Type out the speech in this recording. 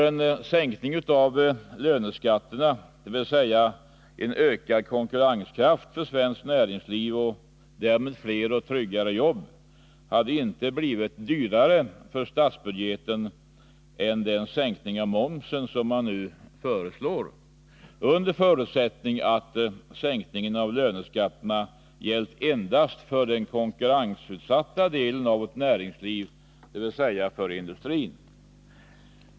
En sänkning av löneskatterna — en ökad konkurrenskraft för svenskt näringsliv och därmed fler och tryggare jobb — hade inte blivit dyrare för statsbudgeten än den sänkning av momsen som man nu föreslår, under förutsättning att sänkningen av löneskatterna gällt endast för den konkurrensutsatta delen av vårt näringsliv, dvs. för industrin.